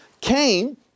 Cain